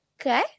Okay